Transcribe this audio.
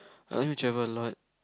I wanna travel alot